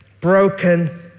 broken